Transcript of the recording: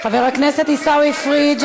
חבר הכנסת עיסאווי פריג',